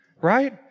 right